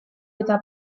eta